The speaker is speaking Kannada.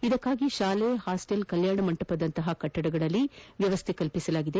ಇದಕ್ಕಾಗಿ ಶಾಲೆ ಹಾಸ್ಫೆಲ್ ಕಲ್ಯಾಣ ಮಂಟಪಗಳಂತಹ ಕಟ್ಟಡಗಳಲ್ಲಿ ವ್ಯವಸ್ಥೆ ಕಲ್ಲಿಸಲಾಗಿದೆ